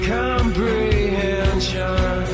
comprehension